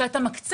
הערה